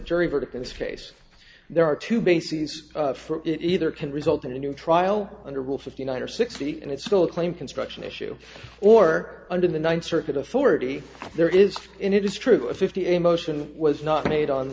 jury verdict in this case there are two bases for it either can result in a new trial under will fifty nine or sixty and it's still a claim construction issue or under the ninth circuit authority there is in it is true a fifty a motion was not made on